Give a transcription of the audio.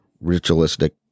ritualistic